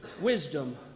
wisdom